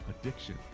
addiction